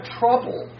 trouble